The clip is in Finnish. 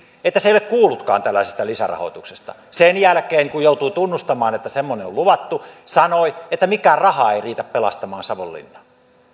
että se ei ole kuullutkaan tällaisesta lisärahoituksesta sen jälkeen kun joutui tunnustamaan että semmoinen on luvattu sanoi että mikään raha ei riitä pelastamaan savonlinnaa